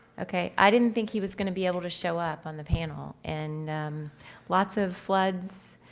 okay, i didn't think he was going to be able to show up on the panel, and lots of floods,